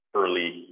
early